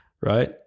right